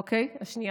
אוקיי, השנייה.